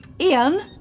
Ian